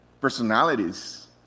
personalities